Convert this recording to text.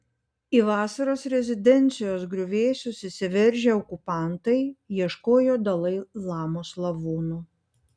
į vasaros rezidencijos griuvėsius įsiveržę okupantai ieškojo dalai lamos lavono